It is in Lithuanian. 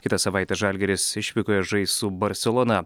kitą savaitę žalgiris išvykoje žais su barselona